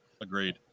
agreed